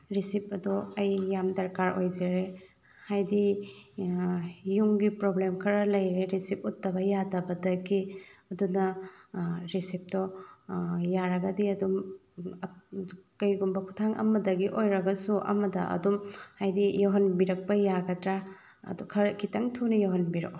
receipt ꯑꯗꯣ ꯑꯩ ꯌꯥꯝꯅ ꯗꯔꯀꯥꯔ ꯑꯣꯏꯖꯔꯦ ꯍꯥꯏꯕꯗꯤ ꯌꯨꯝꯒꯤ ꯄ꯭ꯔꯣꯕ꯭ꯂꯦꯝ ꯈꯔ ꯂꯩꯔꯦ ꯔꯤꯁꯤꯞ ꯎꯠꯇꯕ ꯌꯥꯗꯕꯗꯒꯤ ꯑꯗꯨꯅ ꯔꯤꯁꯤꯞꯇꯣ ꯌꯥꯔꯒꯗꯤ ꯑꯗꯨꯝ ꯀꯔꯤꯒꯨꯝꯕ ꯈꯨꯊꯥꯡ ꯑꯃꯗꯒꯤ ꯑꯣꯏꯔꯒꯁꯨ ꯑꯃꯗ ꯑꯗꯨꯝ ꯍꯥꯏꯕꯗꯤ ꯌꯧꯍꯟꯕꯤꯔꯛꯄ ꯌꯥꯒꯗ꯭ꯔꯥ ꯑꯗꯨ ꯈꯔ ꯈꯤꯇꯪ ꯊꯨꯅ ꯌꯧꯍꯟꯕꯤꯔꯛꯑꯣ